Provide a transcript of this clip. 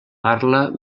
parla